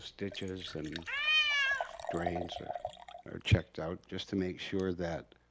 ditches and drains are are checked out just to make sure that